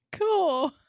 Cool